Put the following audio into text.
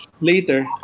later